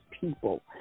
people